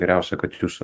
geriausia kad jūs